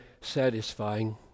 satisfying